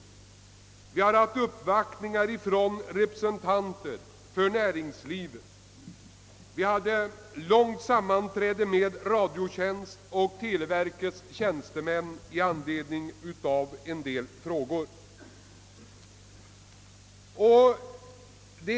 Vi har fått uppvaktningar från representanter från näringslivet och vi har haft ett långt sammanträde med Sveriges Radios och televerkets tjänstemän i anledning av en del av spörsmålen.